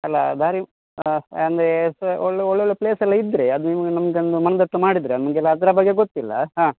ಅಲ್ಲ ದಾರಿ ಹಾಂ ಅಂದರೆ ಸ ಒಳ್ಳೆ ಒಳ್ಳೊಳ್ಳೆ ಪ್ಲೇಸ್ ಎಲ್ಲ ಇದ್ದರೆ ಅದು ನೀವು ನಮ್ಗೊಂದು ಮನದಟ್ಟು ಮಾಡಿದರೆ ನಮಗೆಲ್ಲ ಅದರ ಬಗ್ಗೆ ಗೊತ್ತಿಲ್ಲ ಹಾಂ